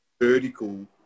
vertical